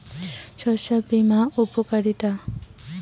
শস্য বিমা করার উপকারীতা?